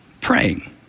praying